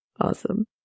Awesome